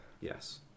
Yes